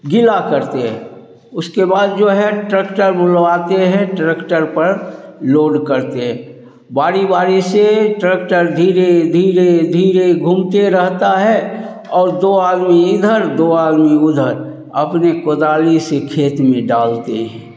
गीला करते हैं उसके बाद जो है ट्रैक्टर बुलवाते हैं ट्रैक्टर पर लोड करते हैं बारी बारी से ट्रैक्टर धीरे धीरे धीरे घूमते रहता है और दो आदमी इधर दो आदमी उधर अपने कुदाली से खेत में डालते हैं